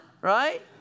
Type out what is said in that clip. right